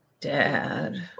Dad